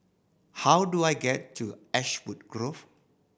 how do I get to Ashwood Grove